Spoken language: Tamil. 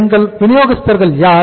எங்கள் வினியோகஸ்தர்கள் யார்